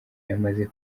yamaze